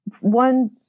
One